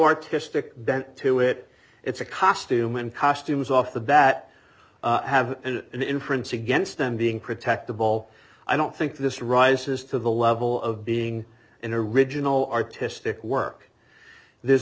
artistic bent to it it's a costume and costumes off the bat have an inference against them being protect the ball i don't think this rises to the level of being in a riginal artistic work there's